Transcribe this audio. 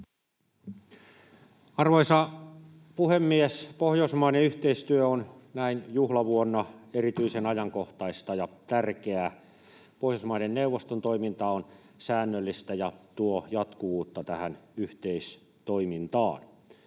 Arvoisa puhemies! Pohjoismainen yhteistyö on näin juhlavuonna erityisen ajankohtaista ja tärkeää. Pohjoismaiden neuvoston toiminta on säännöllistä ja tuo jatkuvuutta tähän yhteistoimintaan.